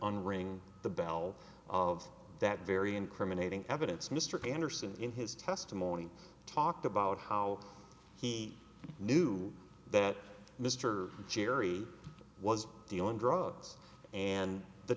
unring the bell of that very incriminating evidence mr anderson in his testimony talked about how he knew that mr jerry was dealing drugs and the